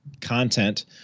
content